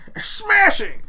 smashing